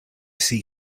see